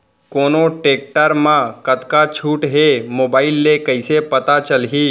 कोन टेकटर म कतका छूट हे, मोबाईल ले कइसे पता चलही?